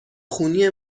خونی